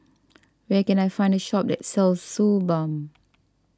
where can I find a shop that sells Suu Balm